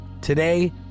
Today